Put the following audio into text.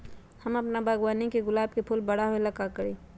हम अपना बागवानी के गुलाब के फूल बारा होय ला का करी?